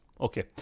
Okay